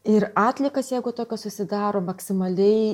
ir atliekas jeigu tokios susidaro maksimaliai